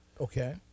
Okay